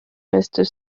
restent